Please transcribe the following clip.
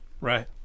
Right